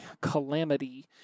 calamity